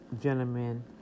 gentlemen